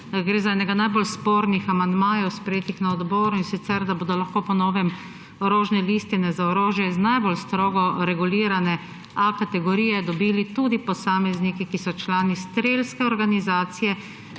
gre za enega najbolj spornih amandmajev, sprejetih na odboru, in sicer da bodo lahko po novem orožne listine za orožje iz najbolj strogo regulirane A kategorije dobili tudi posamezniki, ki so člani strelske organizacije,